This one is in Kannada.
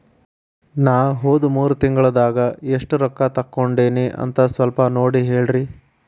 ನಾ ಹೋದ ಮೂರು ತಿಂಗಳದಾಗ ಎಷ್ಟು ರೊಕ್ಕಾ ತಕ್ಕೊಂಡೇನಿ ಅಂತ ಸಲ್ಪ ನೋಡ ಹೇಳ್ರಿ